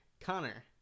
Connor